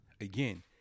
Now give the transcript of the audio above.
Again